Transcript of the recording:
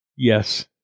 yes